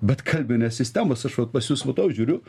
bet kalbinės sistemos aš vat pas jus matau žiūriu